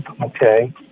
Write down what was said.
Okay